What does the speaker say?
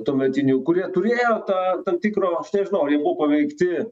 tuometinių kurie turėjo tą tam tikro nežinau ar jie buvo paveikti